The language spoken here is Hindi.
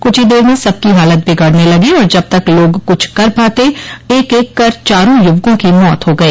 कुछ ही देर में सबकी हालत बिगड़ने लगी और जब तक लोग कुछ कर पाते एक एक कर चारों युवकों की मौत हो गई